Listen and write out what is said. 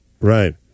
Right